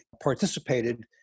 participated